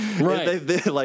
Right